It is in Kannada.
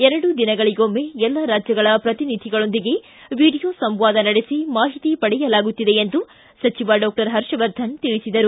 ಎರಡು ದಿನಗಳಿಗೊಮ್ನೆ ಎಲ್ಲ ರಾಜ್ಗಗಳ ಪ್ರತಿನಿಧಿಗಳೊಂದಿಗೆ ವಿಡಿಯೋ ಸಂವಾದ ನಡೆಸಿ ಮಾಹಿತಿ ಪಡೆಯಲಾಗುತ್ತಿದೆ ಎಂದು ಸಚಿವ ಡಾಕ್ಷರ್ ಹರ್ಷವರ್ಧನ ತಿಳಿಸಿದರು